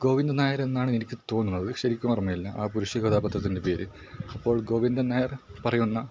ഗോവിന്ദൻ നായരെന്നാണെനിക്ക് തോന്നുന്നത് ശരിക്കും ഓർമ്മയില്ല ആ പുരുഷ കഥാപാത്രത്തിൻ്റെ പേര് അപ്പോൾ ഗോവിന്ദൻ നായർ പറയുന്ന